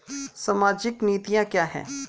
सामाजिक नीतियाँ क्या हैं?